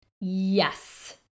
Yes